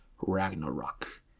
Ragnarok